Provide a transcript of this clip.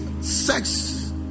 sex